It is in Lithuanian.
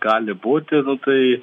gali būti nu tai